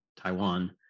Taiwan